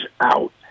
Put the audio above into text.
out